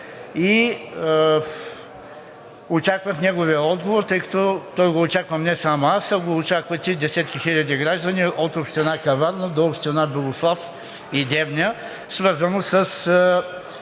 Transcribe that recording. и очаквах неговия отговор, тъй като го очаквам не само аз, а го очакват и десетки хиляди граждани – от община Каварна до община Белослав и Девня. Свързан е